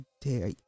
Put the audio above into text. dare